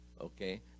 Okay